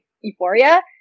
euphoria